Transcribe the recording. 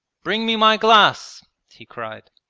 bring me my glass he cried.